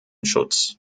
schutz